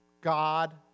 God